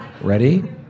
Ready